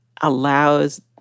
allows